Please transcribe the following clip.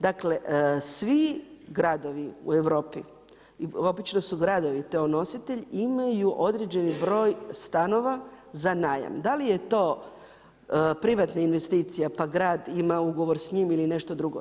Dakle svi gradovi u Europi, obično su gradovi nositelji, imaju određeni broj stanova za najam, da li je to privatna investicija pa grad ima ugovor s njim ili nešto drugo.